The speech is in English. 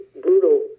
brutal